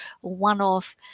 one-off